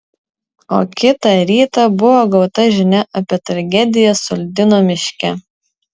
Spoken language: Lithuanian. o kitą rytą buvo gauta žinia apie tragediją soldino miške